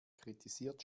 kritisiert